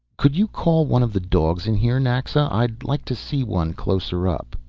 could you call one of the dogs in here, naxa? i'd like to see one closer up.